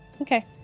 Okay